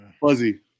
Fuzzy